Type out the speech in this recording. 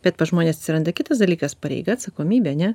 bet pas žmones atsiranda kitas dalykas pareiga atsakomybė ane